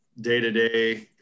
day-to-day